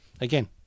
again